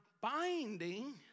binding